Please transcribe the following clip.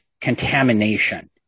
contamination